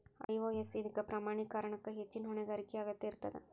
IOS ಇದಕ್ಕ ಪ್ರಮಾಣೇಕರಣಕ್ಕ ಹೆಚ್ಚಿನ್ ಹೊಣೆಗಾರಿಕೆಯ ಅಗತ್ಯ ಇರ್ತದ